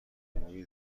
علمی